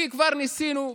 כי כבר ניסינו.